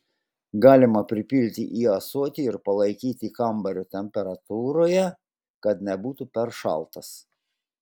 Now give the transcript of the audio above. galima pripilti į ąsotį ir palaikyti kambario temperatūroje kad nebūtų per šaltas